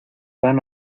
van